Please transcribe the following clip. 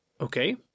Okay